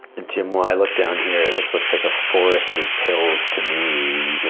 and jim, when i look down here, this looks like a forest of pills to me.